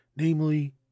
namely